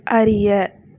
அறிய